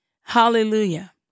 Hallelujah